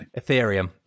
Ethereum